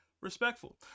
respectful